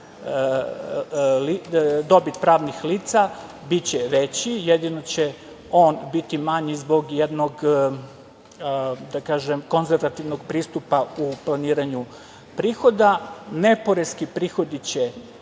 dobit pravnih lica biće veći, jedino će on biti manji zbog jednog konzervativnog pristupa u planiranju prihoda. Neporeski prihodi će